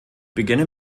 beginne